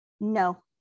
No